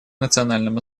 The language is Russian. национальном